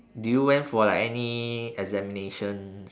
did you went for like any examinations